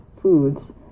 foods